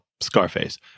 Scarface